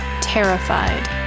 terrified